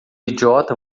idiota